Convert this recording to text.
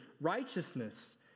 righteousness